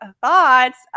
thoughts